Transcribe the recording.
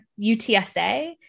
UTSA